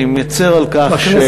אני מצר על כך.